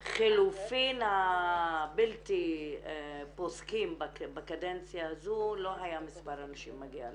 החילופין הבלתי פוסקים בקדנציה הזו לא היה מספר הנשים מגיע לזה.